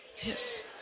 Yes